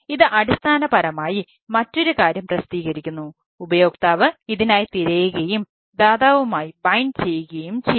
ഇത് അടിസ്ഥാനപരമായി മറ്റൊരു കാര്യം പ്രസിദ്ധീകരിക്കുന്നു ഉപയോക്താവ് ഇതിനായി തിരയുകയും ദാതാവുമായി ബൈൻഡ് ചെയ്യുകയും ചെയ്യുന്നു